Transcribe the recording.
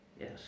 Yes